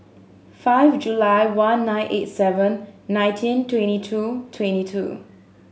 five July one nine eight seven nineteen twenty two twenty two